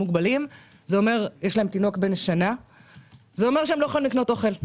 יש להם תינוק בן שנה והם לא יכולים לקנות אוכל.